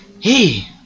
Hey